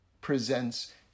presents